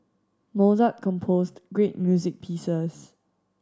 Mozart composed great music pieces